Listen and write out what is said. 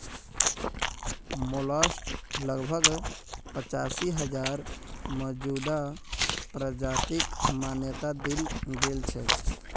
mollusc लगभग पचासी हजार मौजूदा प्रजातिक मान्यता दील गेल छेक